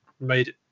made